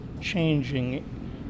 changing